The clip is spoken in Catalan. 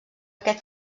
aquest